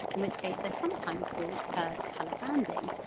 in which case they're sometimes called curved colour banding,